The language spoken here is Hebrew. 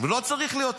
ולא צריך להיות הבדל.